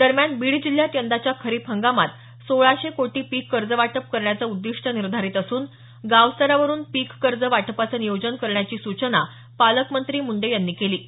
दरम्यान बीड जिल्ह्यात यंदाच्या खरीप हंगामात सोळाशे कोटी पीक कर्जवाटप करण्याचं उद्दीष्ट निर्धारित असून गावस्तरावरून पीक कर्ज वाटपाचं नियोजन करण्याची सूचना पालकमंत्री धनंजय मुंडे यांनी केली आहे